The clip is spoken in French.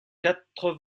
quatre